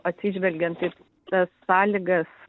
atsižvelgiant į tas sąlygas